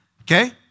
Okay